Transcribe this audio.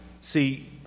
See